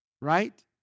Right